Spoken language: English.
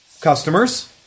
customers